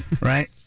right